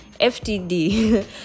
FTD